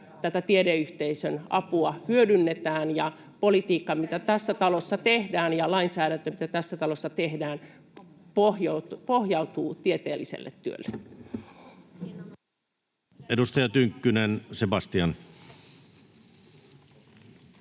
tätä tiedeyhteisön apua hyödynnetään ja politiikka, mitä tässä talossa tehdään, ja lainsäädäntö, mitä tässä talossa tehdään, pohjautuvat tieteelliselle työlle. [Speech 23] Speaker: